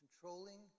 controlling